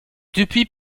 depuis